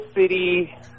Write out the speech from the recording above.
City